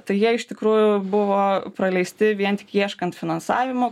tai jie iš tikrųjų buvo praleisti vien tik ieškant finansavimo